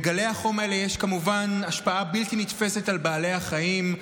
לגלי החום האלה יש כמובן השפעה בלתי נתפסת על בעלי החיים,